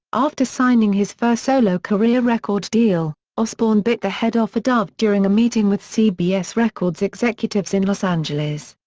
after signing his first solo career record deal, osbourne bit the head off a dove during a meeting with cbs records executives in los angeles.